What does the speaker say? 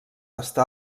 està